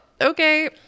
Okay